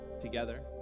together